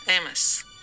Amos